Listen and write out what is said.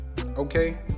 Okay